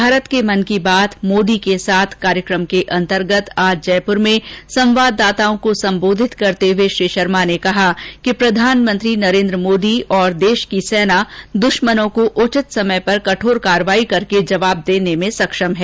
भारत के मन की बात मोदी के साथ कार्यक्रम के अन्तर्गत आज जयप्र में संवाददाताओं को सम्बोधित करते हुए श्री शर्मा ने कहा कि प्रधानमंत्री नरेंद्र मोदी और देष की सेना द्श्मनों को उचित समय पर कठोर कार्यवाही करके जवाब देने में सक्षम हैं